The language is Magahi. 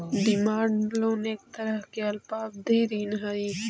डिमांड लोन एक तरह के अल्पावधि ऋण हइ